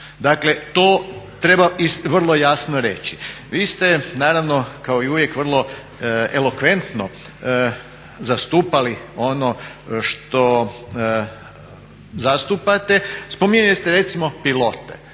Dakle, to treba vrlo jasno reći. Vi ste naravno kao i uvijek vrlo elokventno zastupali ono što zastupate. Spominjali ste recimo pilote.